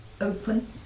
open